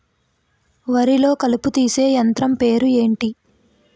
వరి లొ కలుపు తీసే యంత్రం పేరు ఎంటి?